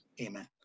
Amen